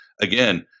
again